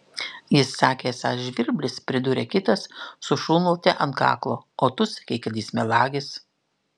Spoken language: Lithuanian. jis sakė esąs žvirblis pridūrė kitas su šunvote ant kaklo o tu sakei kad jis melagis